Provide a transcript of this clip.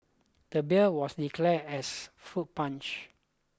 the beer was declared as fruit punch